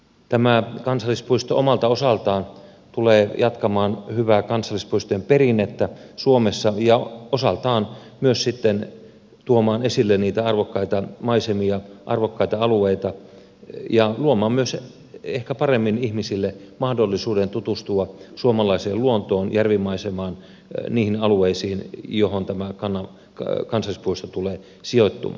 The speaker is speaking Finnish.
tämä kansallispuisto omalta osaltaan tulee jatkamaan hyvää kansallispuistojen perinnettä suomessa ja osaltaan myös sitten tuomaan esille niitä arvokkaita maisemia arvokkaita alueita ja ehkä myös luomaan paremmin ihmisille mahdollisuuden tutustua suomalaiseen luontoon järvimaisemaan niihin alueisiin johon tämä kansallispuisto tulee sijoittumaan